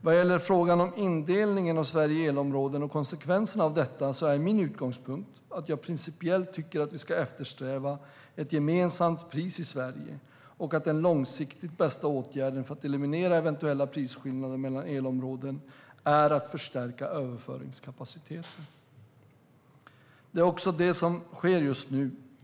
Vad gäller frågan om indelningen av Sverige i elområden och konsekvenserna av detta är min utgångspunkt att jag principiellt tycker att vi ska eftersträva ett gemensamt pris i Sverige och att den långsiktigt bästa åtgärden för att eliminera eventuella prisskillnader mellan elområden är att förstärka överföringskapaciteten. Det är också det som sker just nu.